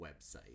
website